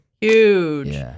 Huge